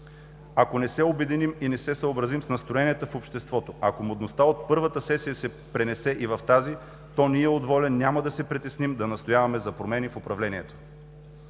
Ако не се обединим и не се съобразим с настроенията в обществото, ако мудността от първата сесия се пренесе и в тази, то ние от „Воля“ няма да се притесним да настояваме за промени в управлението.